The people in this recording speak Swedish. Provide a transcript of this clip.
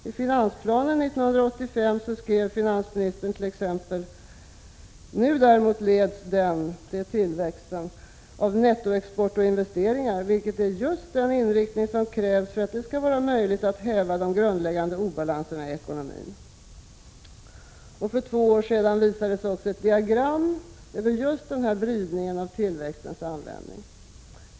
I finansplanen i januari 1985 skrev finansministern: ”Nu däremot leds den” — tillväxten — ”av nettoexport och investeringar, vilket är just den inriktning som krävs för att det skall vara möjligt att häva de grundläggande obalanserna i ekonomin.” I kompletteringspropositionen för två år sedan visades ett diagram över just denna vridning av tillväxtens användning.